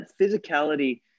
physicality